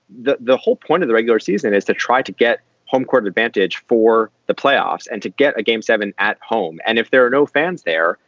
the the whole point of the regular season is to try to get home court advantage for the playoffs and to get a game seven at home. and if there are no fans there,